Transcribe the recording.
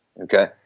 Okay